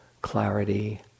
clarity